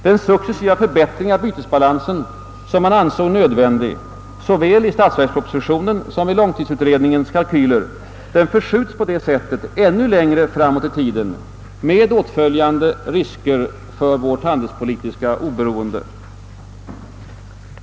Den successiva förbättring av bytesbalansen som ansågs nödvändig — såväl i statsverkspropositionen som i långtidsutredningen — förskjuts på det sättet ännu längre framåt i tiden, med åtföljande risker för vårt handelspolitiska oberoende.